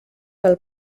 pel